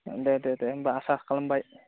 दे दे दे होमब्ला आसा खालामबाय